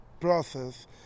process